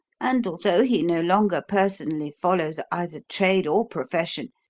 and, although he no longer personally follows either trade or profession,